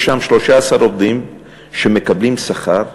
יש שם 13 עובדים שמקבלים שכר,